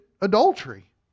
adultery